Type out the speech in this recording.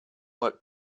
work